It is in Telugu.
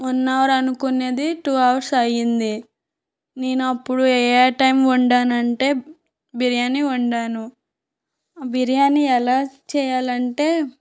వన్ అవర్ అనుకునేది టూ అవర్స్ అయింది నేను అప్పుడు ఏ ఐటెం వండాను అంటే బిర్యానీ వండాను బిర్యానీ ఎలా చేయాలంటే